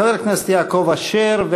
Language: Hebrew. חבר הכנסת יעקב אשר,